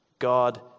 God